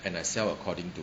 and I sell according to